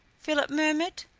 philip murmured.